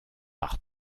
par